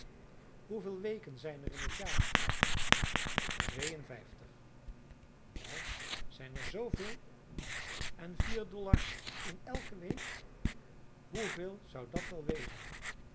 hoeveel weken zijn er in het jaar mevrouw twee en vijftig wel zijn er zooveel en vier dollars in elke week hoeveel zou dat wel wezen